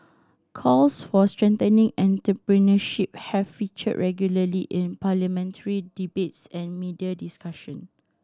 calls for strengthening entrepreneurship have featured regularly in parliamentary debates and media discussion